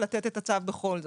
לתת את הצו בכל זאת.